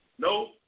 No